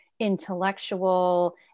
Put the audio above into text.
intellectual